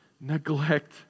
neglect